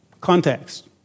Context